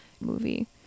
movie